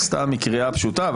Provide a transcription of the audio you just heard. סתם מקריאה פשוטה,